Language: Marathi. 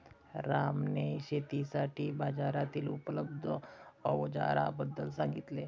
रामने शेतीसाठी बाजारातील उपलब्ध अवजारांबद्दल सांगितले